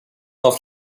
auf